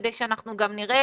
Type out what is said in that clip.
כדי שאנחנו גם נראה,